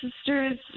sisters